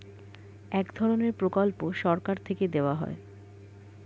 এক ধরনের প্রকল্প সরকার থেকে দেওয়া হয়